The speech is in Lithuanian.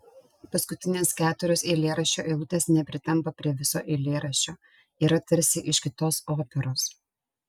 paskutinės keturios eilėraščio eilutės nepritampa prie viso eilėraščio yra tarsi iš kitos operos